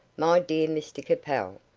my dear mr capel,